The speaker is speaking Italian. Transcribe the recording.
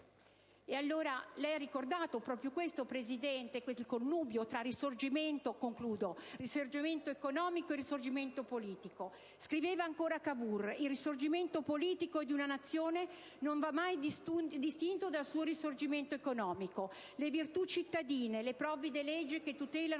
lei stesso ha ricordato il connubio tra risorgimento economico e Risorgimento politico. Al riguardo, scriveva ancora Cavour: «Il risorgimento politico di una nazione non va mai disgiunto dal suo risorgimento economico. Le virtù cittadine, le provvide leggi che tutelano